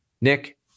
Nick